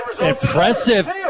Impressive